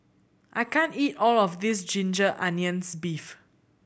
I can't eat all of this ginger onions beef